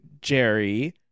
Jerry